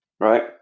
Right